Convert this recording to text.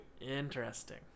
Interesting